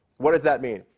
what does that mean?